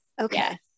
Okay